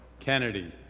kennedy,